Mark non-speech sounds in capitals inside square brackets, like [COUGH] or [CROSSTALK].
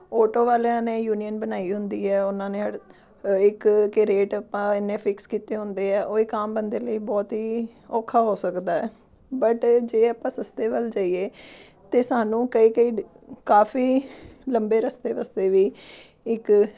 auto ਵਾਲਿਆਂ ਨੇ union ਬਣਾਈ ਹੁੰਦੀ ਹੈ ਉਹਨਾਂ ਨੇ ਹੜ ਇੱਕ ਕਿ ਰੇਟ ਆਪਾਂ ਇੰਨੇ ਫਿਕਸ ਕੀਤੇ ਹੁੰਦੇ ਆ ਉਹ ਇੱਕ ਆਮ ਬੰਦੇ ਲਈ ਬਹੁਤ ਹੀ ਔਖਾ ਹੋ ਸਕਦਾ ਬਟ ਜੇ ਆਪਾਂ ਸਸਤੇ ਵੱਲ ਜਾਈਏ ਤਾਂ ਸਾਨੂੰ ਕਈ ਕਈ [UNINTELLIGIBLE] ਕਾਫੀ ਲੰਮੇ ਰਸਤੇ ਵਸਤੇ ਵੀ ਇੱਕ